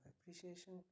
appreciation